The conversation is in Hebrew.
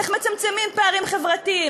איך מצמצמים פערים חברתיים,